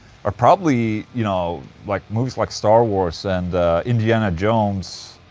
are probably, you know like. movies like star wars and indiana jones,